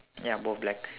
ya both black